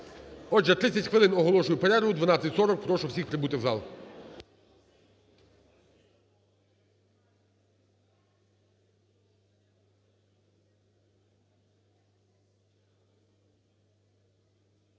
Отже, 30 хвилин оголошую перерву. В 12:40 прошу всіх прибути в зал.